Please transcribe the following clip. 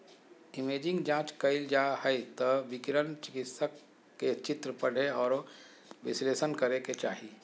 imaging जांच कइल जा हइ त विकिरण चिकित्सक के चित्र पढ़े औरो विश्लेषण करे के चाही